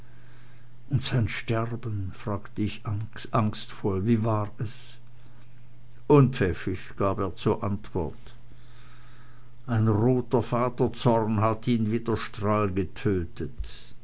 und sein sterben fragt ich angstvoll wie war es unpfäffisch gab er zur antwort ein roter vaterzorn hat ihn wie der strahl getötet